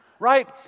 right